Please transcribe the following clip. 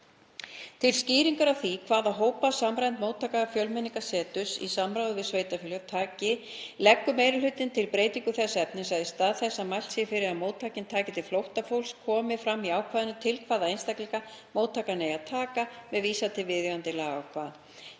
Til skýringar á því til hvaða hópa samræmd móttaka Fjölmenningarseturs, í samráði við sveitarfélög, taki leggur meiri hlutinn til breytingu þess efnis að í stað þess að mælt sé fyrir um að móttakan taki til flóttafólks komi fram í ákvæðinu til hvaða einstaklinga móttakan eigi að taka, með vísan til viðeigandi lagaákvæða.